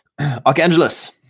Archangelus